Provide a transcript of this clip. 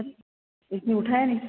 उठाया नही